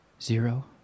Zero